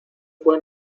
fué